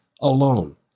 alone